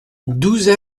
douze